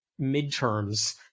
midterms